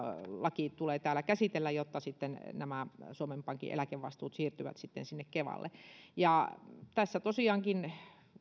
laki tulee täällä käsitellä jotta sitten nämä suomen pankin eläkevastuut siirtyvät sinne kevalle tässä tosiaankaan